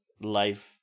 life